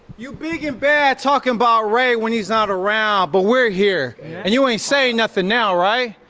you big and bad talking about ray when he's not around, but we're here and you ain't saying nothing now, right?